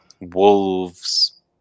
Wolves